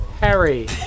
Harry